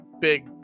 big